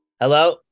Hello